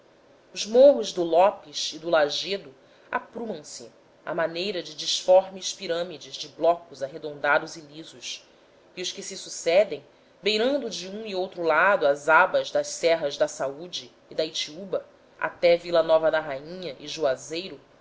os morros do lopes e do lajedo aprumam se à maneira de disformes pirâmides de blocos arredondados e lisos e os que se sucedem beirando de um e outro lado as abas das serras da saúde e da itiúba até vila nova da rainha e juazeiro